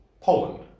Poland